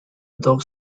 dog